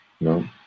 No